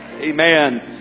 Amen